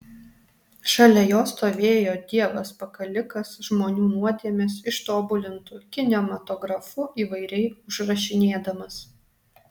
šalia jo stovėjo dievas pakalikas žmonių nuodėmes ištobulintu kinematografu įvairiai užrašinėdamas